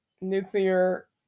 nuclear